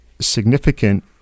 significant